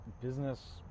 business